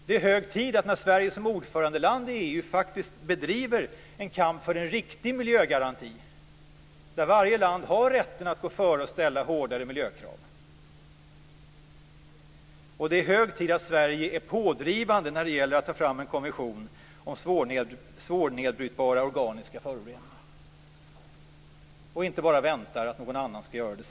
Det är hög tid att Sverige när det blir ordförandeland i EU faktiskt bedriver en kamp för en riktig miljögaranti, där varje land har rätten att gå före och ställa hårdare miljökrav. Det är hög tid att Sverige är pådrivande när det gäller att ta fram en konvention om svårnedbrytbara organiska föroreningar och inte bara väntar att någon annan ska göra det.